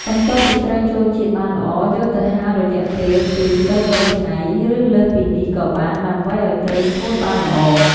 បន្ទាប់់ពីត្រីចូលជាតិបានល្អយកទៅហាលរយៈពេល២-៣ថ្ងៃឬលើសពីនេះក៏បានដើម្បីឱ្យត្រីស្ងួតបានល្អ។